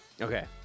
Okay